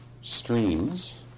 streams